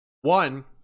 One